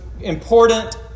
important